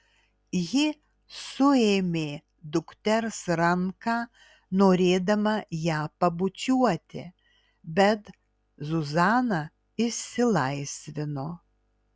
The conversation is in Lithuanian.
ji suėmė dukters ranką norėdama ją pabučiuoti bet zuzana išsilaisvino